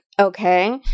okay